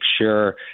sure